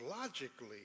logically